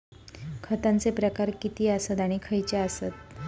खतांचे प्रकार किती आसत आणि खैचे आसत?